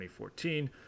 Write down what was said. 2014